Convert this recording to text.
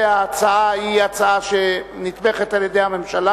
הצעת חוק לתיקון פקודת מס הכנסה,